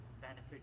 benefit